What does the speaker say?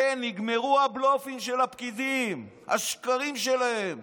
אין, נגמרו הבלופים של הפקידים, השקרים שלהם.